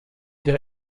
der